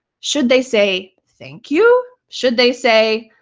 should they say, thank you? should they say,